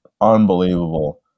unbelievable